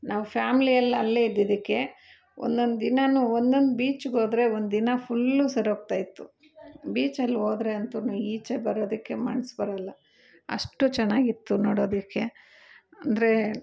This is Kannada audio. ನಾವು ಫ್ಯಾಮ್ಲಿ ಎಲ್ಲ ಅಲ್ಲೇ ಇದ್ದಿದ್ದಕ್ಕೆ ಒಂದೊಂದು ದಿನಾನೂ ಒಂದೊಂದು ಬೀಚ್ಗೆ ಹೋದ್ರೆ ಒಂದಿನ ಫುಲ್ಲು ಸರಿ ಹೋಗ್ತಾಯಿತ್ತು ಬೀಚಲ್ಲಿ ಹೋದ್ರೆ ಅಂತು ಈಚೆ ಬರೋದಕ್ಕೆ ಮನ್ಸ್ ಬರೊಲ್ಲ ಅಷ್ಟು ಚೆನ್ನಾಗಿತ್ತು ನೋಡೋದಕ್ಕೆ ಅಂದರೆ